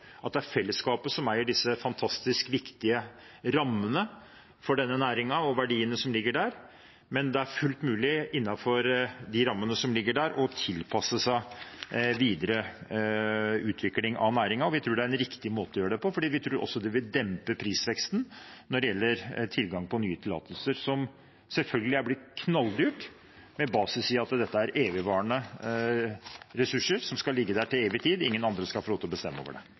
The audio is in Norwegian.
at det er fellesskapet som eier disse fantastisk viktige rammene for denne næringen og verdiene som ligger der, men det er fullt mulig innenfor de rammene som ligger der, å tilpasse seg videre utvikling av næringen. Vi tror det er en riktig måte å gjøre det på, fordi vi tror også det vil dempe prisveksten når det gjelder tilgang på nye tillatelser, som selvfølgelig er blitt knalldyrt med basis i at dette er evigvarende ressurser som skal ligge der til evig tid, ingen andre skal få lov til å bestemme over det.